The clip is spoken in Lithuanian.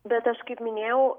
bet aš kaip minėjau